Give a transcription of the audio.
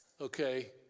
okay